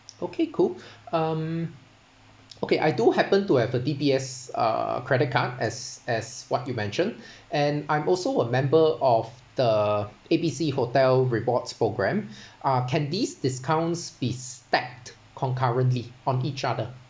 okay cool um okay I do happen to have a D_B_S uh credit card as as what you mentioned and I'm also a member of the A B C hotel rewards program uh can these discounts be stacked concurrently on each other